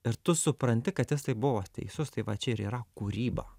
ir tu supranti kad is tai buvo teisus tai va čia ir yra kūryba